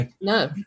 No